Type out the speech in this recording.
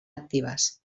actives